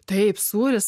taip sūris